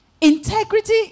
integrity